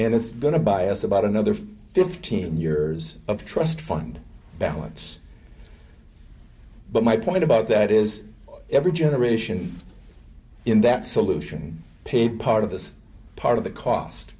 and it's going to buy us about another fifteen years of trust fund balance but my point about that is every generation in that solution paid part of this part of the cost